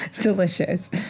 delicious